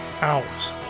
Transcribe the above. out